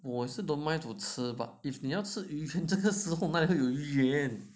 我是 don't mind to 吃 but if 你要吃鱼圆这个时候哪里有鱼圆